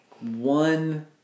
One